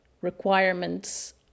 requirements